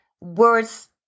words